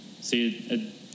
See